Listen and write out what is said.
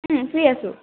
free আছোঁ